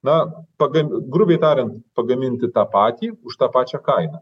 na paga grubiai tariant pagaminti tą patį už tą pačią kainą